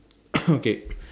okay